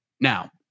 now